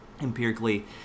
empirically